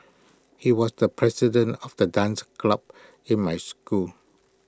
he was the president of the dance club in my school